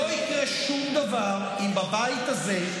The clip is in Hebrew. לא יקרה שום דבר אם בבית הזה,